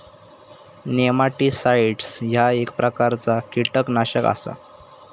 nematicides ह्या एक प्रकारचा कीटकनाशक आसा